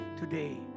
today